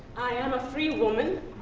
i am a free woman.